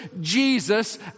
Jesus